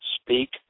speak